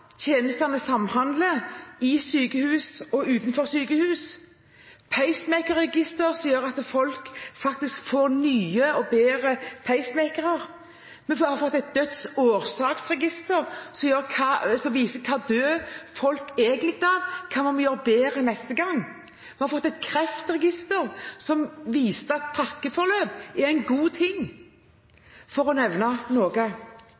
Tjenestene samhandler i og utenfor sykehus. Pacemakerregisteret gjør at folk faktisk får nye og bedre pacemakere. Vi har fått Dødsårsaksregisteret, som viser hva folk egentlig dør av, og hva vi må gjøre bedre neste gang. Vi har fått Kreftregisteret, som viste at pakkeforløp er en god